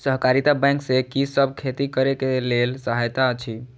सहकारिता बैंक से कि सब खेती करे के लेल सहायता अछि?